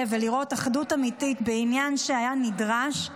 ולראות אחדות אמיתית בעניין שהיה נדרש,